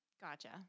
Gotcha